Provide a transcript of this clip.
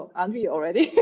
um aren't we already?